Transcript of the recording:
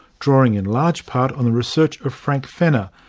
drawing in large part on the research of frank fenner,